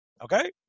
Okay